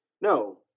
no